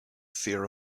fear